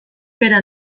bera